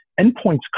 Endpoints